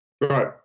Right